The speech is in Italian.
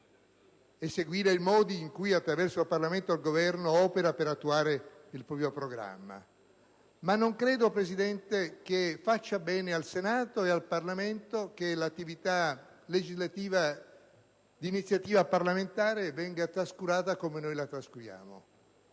Governo ed i modi in cui in Parlamento il Governo opera per attuare il proprio programma. Ma non credo, Presidente, che faccia bene al Senato ed al Parlamento che l'attività legislativa di iniziativa parlamentare venga trascurata come accade in Senato.